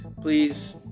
Please